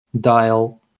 dial